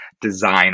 design